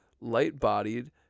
light-bodied